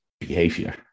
behavior